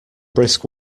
brisk